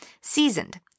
Seasoned